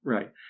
Right